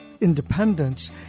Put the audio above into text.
independence